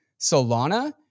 Solana